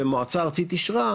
והמועצה הארצית אישרה,